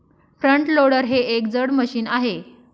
front loader हे एक जड मशीन आहे